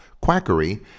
quackery